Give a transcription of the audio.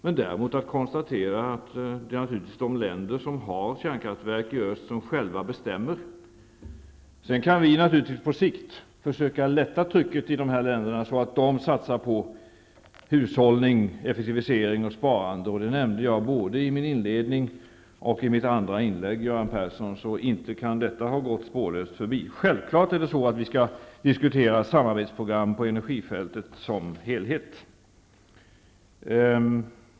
Det är däremot bara att konstatera att de länder i öst som har kärnkraftverk vanligtvis själva bestämmer. Vi kan på sikt försöka lätta trycket i dessa länder så att de satsar på hushållning, effektivisering och sparande. Jag nämnde detta både i min inledning och i mitt andra inlägg, Göran Persson. Inte kan detta ha gått spårlöst förbi. Självfallet skall vi diskutera samarbetsprogram på energifältet som helhet.